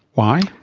why?